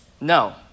No